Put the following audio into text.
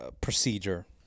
procedure